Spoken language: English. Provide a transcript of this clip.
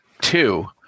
Two